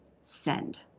Send